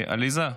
עליזה,